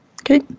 Okay